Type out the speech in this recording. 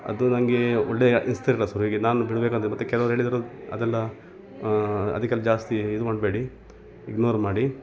ಅದು ನನಗೆ ಒಳ್ಳೆಯ ಅನಿಸ್ತಿರ್ಲಿಲ್ಲ ಶುರುವಿಗೆ ನಾನು ಬಿಡಬೇಕಂತ ಮತ್ತು ಕೆಲವ್ರು ಹೇಳಿದ್ರು ಅದೆಲ್ಲ ಅದಕ್ಕೆಲ್ಲ ಜಾಸ್ತಿ ಇದು ಮಾಡಬೇಡಿ ಇಗ್ನೋರ್ ಮಾಡಿ